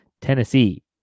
Tennessee